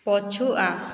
ପଛୁଆ